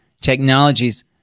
technologies